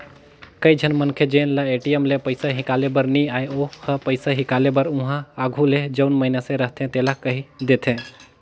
कइझन मनखे जेन ल ए.टी.एम ले पइसा हिंकाले बर नी आय ओ ह पइसा हिंकाले बर उहां आघु ले जउन मइनसे रहथे तेला कहि देथे